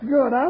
Good